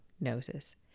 noses